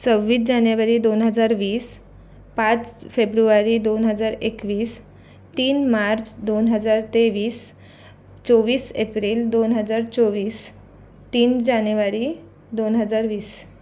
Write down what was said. सव्वीस जानेवारी दोन हजार वीस पाच फेब्रुवारी दोन हजार एकवीस तीन मार्च दोन हजार तेवीस चोवीस एप्रिल दोन हजार चोवीस तीन जानेवारी दोन हजार वीस